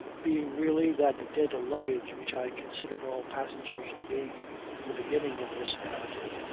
being really that dead luggage which i considered all passengers to be in the beginning of this narrative,